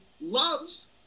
loves